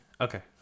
okay